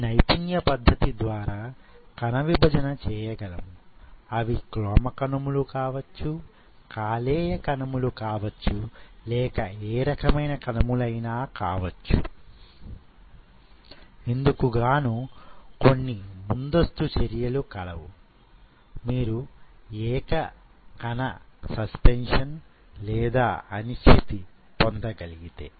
ఈ నైపుణ్య పద్ధతి ద్వారా కణ విభజన చేయగలము అవి క్లోమ కణములు కావచ్చు కాలేయ కణములు కావచ్చు లేక ఏ రకమైన కణములు ఐనా కావచ్చు ఇందుకు గాను కొన్ని ముందస్తు చర్యలు కలవు మీరు ఏక కణ సస్పెన్షన్ లేదా అనిశ్చితి పొందగలిగితే